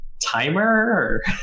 timer